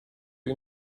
you